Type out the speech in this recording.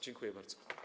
Dziękuję bardzo.